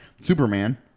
Superman